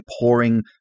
pouring